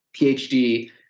PhD